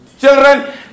children